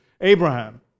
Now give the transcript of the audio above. Abraham